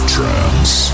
Trance